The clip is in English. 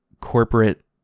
corporate